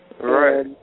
Right